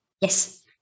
Yes